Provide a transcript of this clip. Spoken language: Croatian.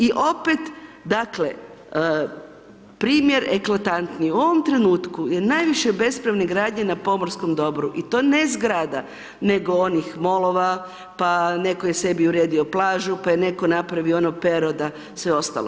I opet dakle, primjer eklatantni, u ovom trenutku je najviše bespravne gradnje na pomorskom dobru i to ne zgrada nego oni molova, pa netko je sebi uredio plažu, pa je netko napravio ono pero da, sve ostalo.